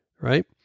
right